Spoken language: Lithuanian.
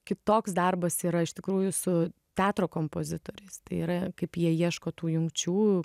kitoks darbas yra iš tikrųjų su teatro kompozitoriais tai yra kaip jie ieško tų jungčių